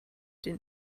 den